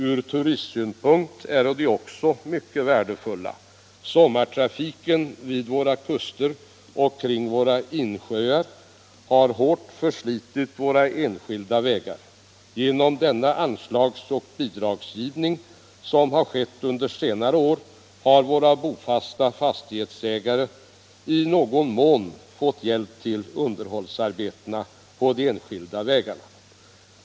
Från turistsynpunkt är den också mycket värdefull. Sommartrafiken vid kusterna och kring insjöarna har hårt slitit på de enskilda vägarna. Genom den anslagsoch bidragsgivning som skett under senare år har våra bofasta fastighetsägare i någon mån fått hjälp till underhållsarbetena på de enskilda vägarna.